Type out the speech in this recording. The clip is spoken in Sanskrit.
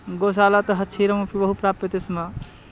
गोशालातः क्षीरम् अपि बहु प्राप्यते स्म